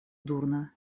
дурно